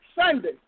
Sunday